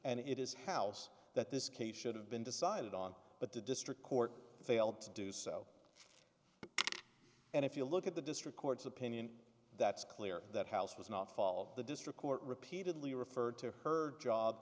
and it is house that this case should have been decided on but the district court failed to do so and if you look at the district court's opinion that's clear that house was not follow the district court repeatedly referred to her job